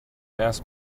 ask